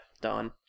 done